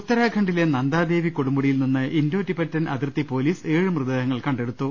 ഉത്തരാഖണ്ഡിലെ നന്ദാദേവി കൊടുമുടിയിൽ നിന്ന് ഇന്തോ തിബ റ്റൻ അതിർത്തി പൊലീസ് ഏഴു മൃതദേഹങ്ങൾ കണ്ടെടുത്തു